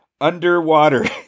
underwater